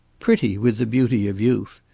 pretty with the beauty of youth,